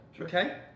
Okay